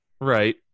Right